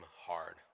hard